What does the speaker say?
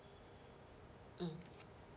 mm